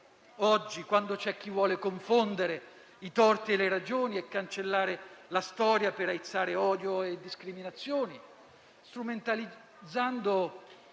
oggi, quando c'è chi vuole confondere i torti e le ragioni e cancellare la storia per aizzare odio e discriminazioni, strumentalizzando